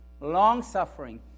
long-suffering